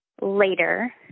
later